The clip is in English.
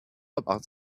about